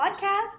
podcast